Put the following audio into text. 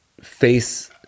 face